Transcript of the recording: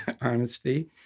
honesty